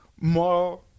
more